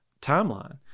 timeline